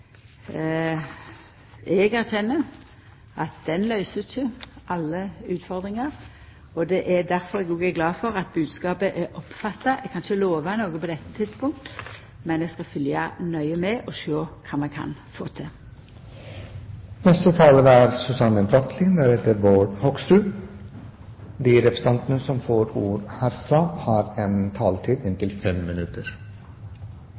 Eg erkjenner at den løyser ikkje alle utfordringar. Det er difor eg òg er glad for at bodskapen er oppfatta. Eg kan ikkje lova noko på dette tidspunktet, men eg skal følgja nøye med og sjå kva vi kan få til. Arbeiderpartiet har «Alle skal med» som